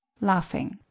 laughing